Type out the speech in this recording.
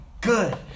good